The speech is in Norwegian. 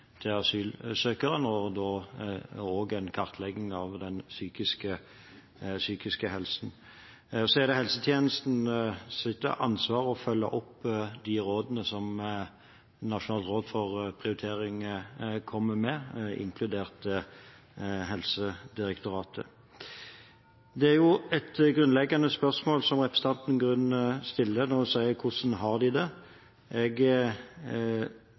til asylsøkere og også en kartlegging av den psykiske helsen. Så er det helsetjenestenes ansvar å følge opp de rådene som Nasjonalt råd for prioritering kommer med, inkludert Helsedirektoratet. Det er et grunnleggende spørsmål representanten Grung stiller, når hun spør: Hvordan har de det? Jeg